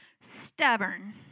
Stubborn